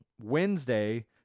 Wednesday –